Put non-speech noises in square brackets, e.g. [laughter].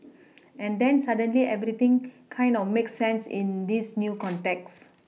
[noise] and then suddenly everything kind of makes sense in this new context [noise]